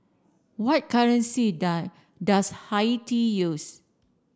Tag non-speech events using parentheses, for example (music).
what currency (unintelligible) does Haiti use